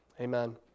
amen